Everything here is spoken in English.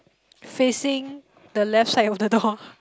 facing the left side of the door